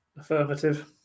Affirmative